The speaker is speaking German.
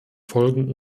folgen